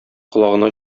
колагына